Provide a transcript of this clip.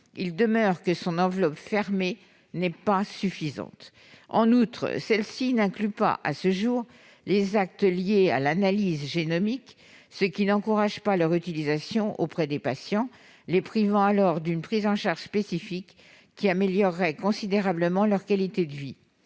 il demeure que son enveloppe fermée n'est pas suffisante. En outre, celle-ci n'inclut pas, à ce jour, les actes liés à l'analyse génomique, ce qui n'encourage pas leur utilisation auprès des patients, les privant d'une prise en charge spécifique qui améliorerait considérablement leur qualité de vie.